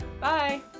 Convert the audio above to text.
Bye